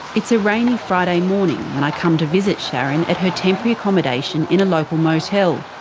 it's a rainy friday morning when i come to visit sharron at her temporary accommodation in a local motel.